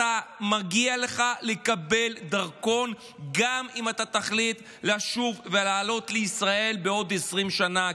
מגיע לך לקבל דרכון גם אם אתה תחליט לשוב ולעלות לישראל בעוד 20 שנה.